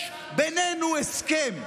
יש בינינו הסכם,